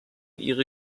ihre